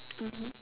mmhmm